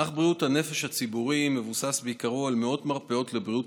מערך בריאות הנפש הציבורי מבוסס בעיקרו על מאות מרפאות לבריאות